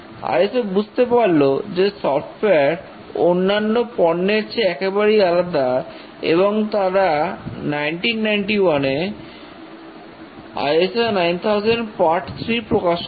ISO বুঝতে পারল যে সফটওয়্যার অন্যান্য পণ্যের চেয়ে একেবারেই আলাদা এবং তারা 1991 এ ISO 9000 part 3 প্রকাশ করল